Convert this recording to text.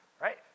right